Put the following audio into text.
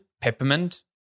peppermint